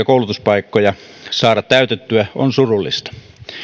koulutuspaikkoja saada täytettyä hakukriteerit täyttävillä hakijoilla on surullista